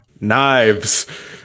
Knives